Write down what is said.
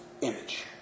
image